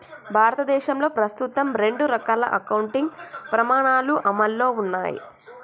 భారతదేశంలో ప్రస్తుతం రెండు రకాల అకౌంటింగ్ ప్రమాణాలు అమల్లో ఉన్నయ్